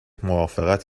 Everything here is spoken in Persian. موافقت